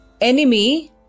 enemy